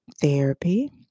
therapy